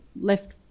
left